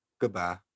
Goodbye